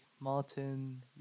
Martin